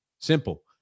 Simple